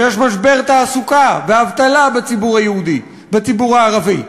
ויש משבר תעסוקה ואבטלה בציבור הערבי,